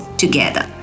together